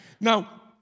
Now